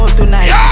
tonight